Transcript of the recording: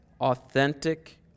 authentic